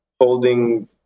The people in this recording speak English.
holding